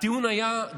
הטיעון היה,